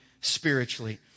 spiritually